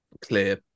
clear